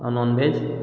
ଆଉ ନନଭେଜ୍